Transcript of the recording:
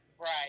Right